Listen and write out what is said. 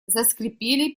заскрипели